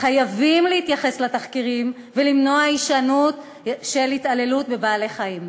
חייבים להתייחס לתחקירים ולמנוע הישנות של התעללות בבעלי-חיים.